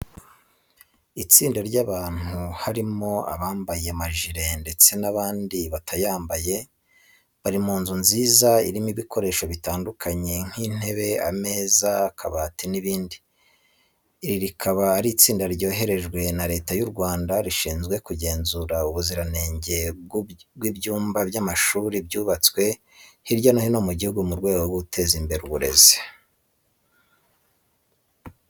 Itsinda ry'abantu harimo abambaye amajire ndetse n'abandi batayambaye, bari mu nzu nziza irimo ibikoresho bitandukanye nk'intebe, ameza, akabati n'ibindi. Iri rikaba ari itsinda ryoherejwe na Leta y'u Rwanda, rishinzwe kugenzura ubuziranenge bw'ubyumba by'amashuri byubatswe hirya no hino mu gihugu mu rwego rwo guteza imbere uburezi.